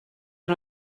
nhw